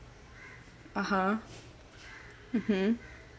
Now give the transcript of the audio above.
(uh huh) mmhmm